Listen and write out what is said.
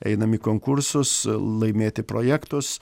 einam į konkursus laimėti projektus